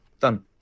Done